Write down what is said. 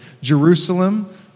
Jerusalem